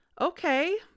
Okay